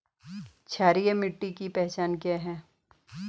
क्षारीय मिट्टी की पहचान क्या है?